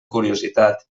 curiositat